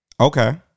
okay